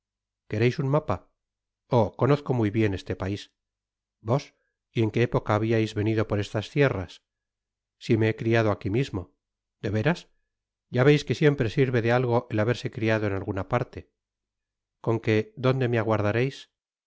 quereis un mapa oh conozco muy bien este pais vos y en queépoca habiais venido por esas tierras si me he criado aqui mismo i de veras ya veis que siempre sirve de algo ethaberse criado en alguna parte con qué dónde me aguardareis